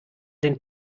den